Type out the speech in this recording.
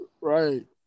Right